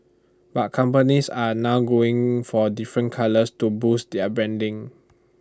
but companies are now going for different colours to boost their branding